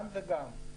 גם וגם.